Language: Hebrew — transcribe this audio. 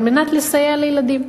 לסייע לילדים.